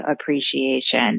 appreciation